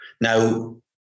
Now